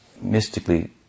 mystically